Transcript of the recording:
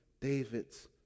David's